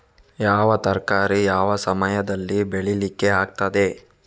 ಯಾವ ತರಕಾರಿ ಯಾವ ಸಮಯದಲ್ಲಿ ಬೆಳಿಲಿಕ್ಕೆ ಆಗ್ತದೆ?